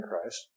Christ